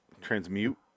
Transmute